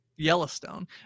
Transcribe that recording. Yellowstone